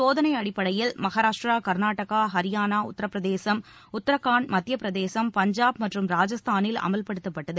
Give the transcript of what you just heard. சோதனை அடிப்படையில் மகாராஷ்ட்ரா கர்நாடகா ஹரியானா உத்தரப் பிரதேசம் இது உத்தரகாண்ட் மத்தியப் பிரதேசம் பஞ்சாப் மற்றும் ராஜஸ்தானில் அமவ்படுத்தப்பட்டது